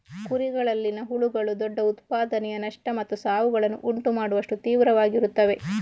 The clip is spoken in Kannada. ಕುರಿಗಳಲ್ಲಿನ ಹುಳುಗಳು ದೊಡ್ಡ ಉತ್ಪಾದನೆಯ ನಷ್ಟ ಮತ್ತು ಸಾವುಗಳನ್ನು ಉಂಟು ಮಾಡುವಷ್ಟು ತೀವ್ರವಾಗಿರುತ್ತವೆ